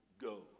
go